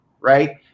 right